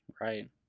Right